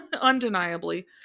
Undeniably